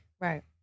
right